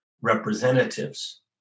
representatives